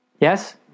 yes